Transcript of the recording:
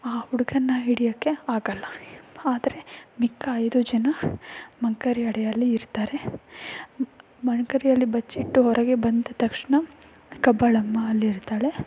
ಆ ಹುಡುಗನ್ನ ಹಿಡ್ಯೋಕ್ಕೆ ಆಗಲ್ಲ ಆದರೆ ಮಿಕ್ಕ ಐದು ಜನ ಮಂಕರಿ ಅಡಿಯಲ್ಲಿ ಇರ್ತಾರೆ ಮಂಕರಿಯಲ್ಲಿ ಬಚ್ಚಿಟ್ಟು ಹೊರಗೆ ಬಂದ ತಕ್ಷಣ ಕಬ್ಬಾಳಮ್ಮ ಅಲ್ಲಿರ್ತಾಳೆ